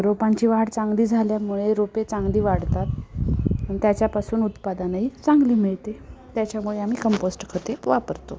रोपांची वाढ चांगली झाल्यामुळे रोपे चांगली वाढतात त्याच्यापासून उत्पादनही चांगली मिळते त्याच्यामुळे आम्ही कंपोस्ट खते वापरतो